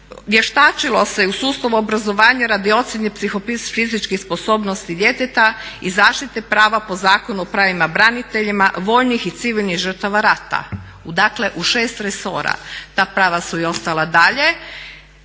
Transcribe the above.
vještačilo se u sustavu obrazovanja radi ocjene psihofizičkih sposobnosti djeteta i zaštite prava po Zakonu o pravima branitelja, vojnih i civilnih žrtava rada. Dakle u 6 resora. Ta prava su i ostala dalje.